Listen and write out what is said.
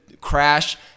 crash